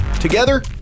Together